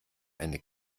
eine